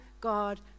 God